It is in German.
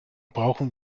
brauchen